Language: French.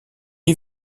est